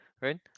right